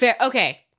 Okay